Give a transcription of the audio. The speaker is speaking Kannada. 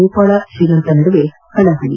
ನೇಪಾಳಶ್ರೀಲಂಕಾ ನಡುವೆ ಹಣಾಹಣಿ